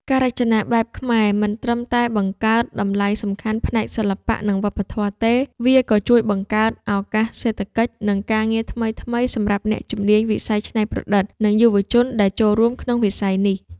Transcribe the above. ការរចនាបែបខ្មែរមិនត្រឹមតែបង្កើតតម្លៃសំខាន់ផ្នែកសិល្បៈ និងវប្បធម៌ទេ វាក៏ជួយបង្កើតឱកាសសេដ្ឋកិច្ច និងការងារថ្មីៗសម្រាប់អ្នកជំនាញវិស័យច្នៃប្រឌិត និងយុវជនដែលចូលរួមក្នុងវិស័យនេះ។